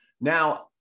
Now